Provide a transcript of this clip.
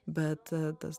bet tas